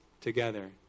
together